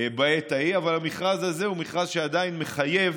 בעת ההיא, אבל המכרז הזה הוא מכרז שעדיין מחייב